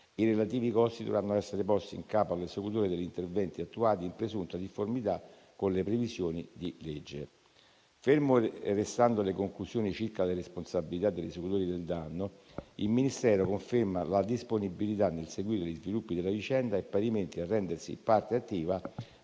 i relativi costi dovranno essere posti in capo all'esecutore degli interventi attuati in presunta difformità dalle previsioni di legge. Ferme restando le conclusioni circa le responsabilità degli esecutori del danno, il Ministero conferma la disponibilità nel seguire gli sviluppi della vicenda e, parimenti, a rendersi parte attiva